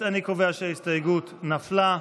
אני קובע שההסתייגות נפלה.